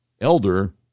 elder